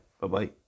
Bye-bye